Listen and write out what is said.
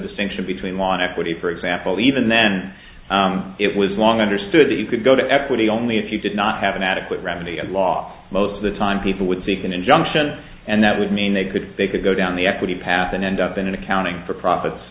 distinction between law and equity for example even then it was long understood that you could go to equity only if you did not have an adequate remedy at law most of the time people would seek an injunction and that would mean they could they could go down the equity path and end up in accounting for profits